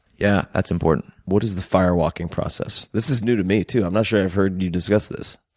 yeah, that's important. what is the firewalking process? this is new to me, too. i'm not sure i've heard you discuss this.